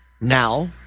Now